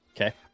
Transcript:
Okay